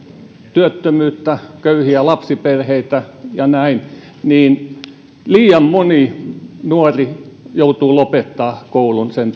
työttömyyttä köyhiä lapsiperheitä ja näin niin liian moni nuori joutuu lopettamaan koulun sen